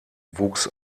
wuchs